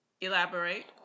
Elaborate